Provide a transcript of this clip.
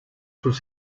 sus